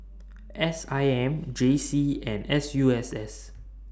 S I M J C and S U S S